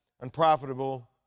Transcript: unprofitable